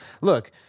look